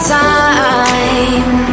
time